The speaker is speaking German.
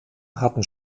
hatten